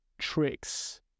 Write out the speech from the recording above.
Tricks